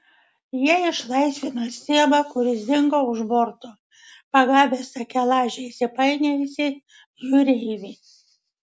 jie išlaisvino stiebą kuris dingo už borto pagavęs takelaže įsipainiojusį jūreivį